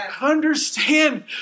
Understand